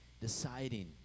deciding